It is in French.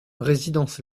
résidence